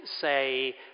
say